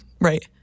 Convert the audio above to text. right